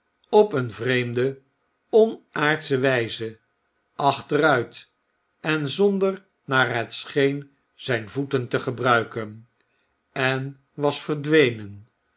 op een vreemde onaardsche wjjze achteruit en zonder naar het scheen zijn voeten te gebruiken en was verdwenen